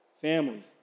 Family